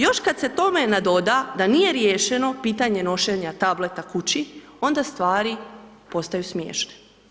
Još kad se tome nadoda da nije riješeno pitanje nošenja tableta kući, onda stvari postaju smiješne.